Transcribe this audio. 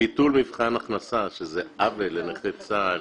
ביטול מבחן ההכנסה, שזה עוול לנכי צה"ל